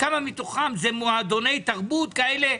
כמה מתוכם הם מועדוני תרבות כאלה?